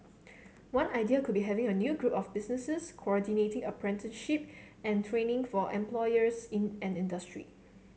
one idea could be having a new group of businesses coordinating apprenticeship and training for employers in an industry